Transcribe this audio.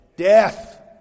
Death